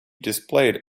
displayed